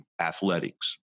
athletics